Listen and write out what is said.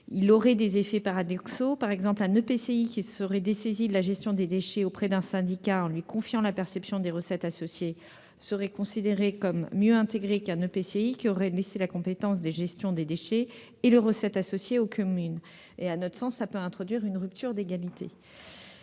Il aurait ainsi des effets paradoxaux. Ainsi, un EPCI qui se serait dessaisi de la gestion des déchets auprès d'un syndicat en lui confiant la perception des recettes associées serait considéré comme mieux intégré qu'un EPCI qui aurait laissé la compétence de gestion des déchets et les recettes associées aux communes. À notre sens, cela peut introduire une rupture d'égalité.